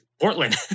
Portland